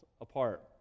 apart